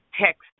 text